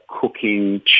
cooking